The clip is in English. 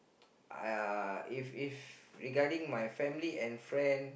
I uh if if regarding my family and friend